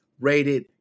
rated